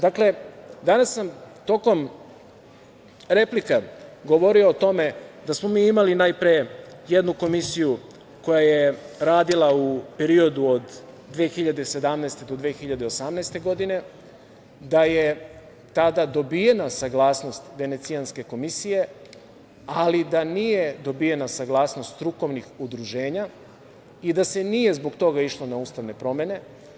Dakle, danas sam tokom replika govorio o tome da smo mi imali najpre jednu komisiju koja je radila u periodu od 2017. do 2018. godine, da je tada dobijena saglasnost Venecijanske komisije, ali da nije dobijena saglasnost strukovnih udruženja i da se nije zbog toga išlo na ustavne promene.